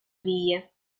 віє